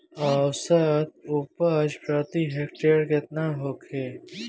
औसत उपज प्रति हेक्टेयर केतना होखे?